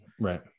Right